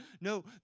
No